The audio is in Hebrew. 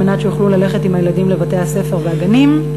כדי שיוכלו ללכת עם הילדים לבתי-הספר ולגנים.